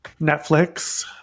Netflix